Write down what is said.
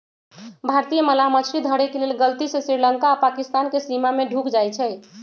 भारतीय मलाह मछरी धरे के लेल गलती से श्रीलंका आऽ पाकिस्तानके सीमा में ढुक जाइ छइ